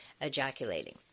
ejaculating